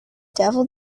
devil